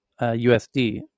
USD